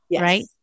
right